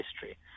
history